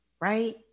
right